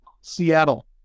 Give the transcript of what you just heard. Seattle